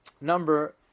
number